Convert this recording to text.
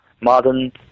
modern